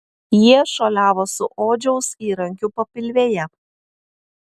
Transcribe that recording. jie šuoliavo su odžiaus įrankiu papilvėje